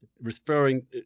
referring